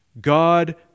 God